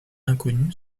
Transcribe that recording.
inconnue